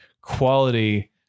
quality